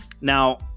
now